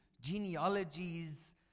genealogies